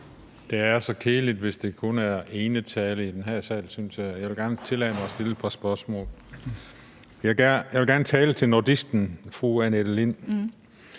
Det er så kedeligt, hvis der kun er enetaler i den her sal, synes jeg. Jeg vil gerne tillade mig at stille et par spørgsmål. Jeg vil gerne tale til nordisten fru Annette Lind.